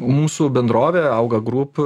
mūsų bendrovė auga group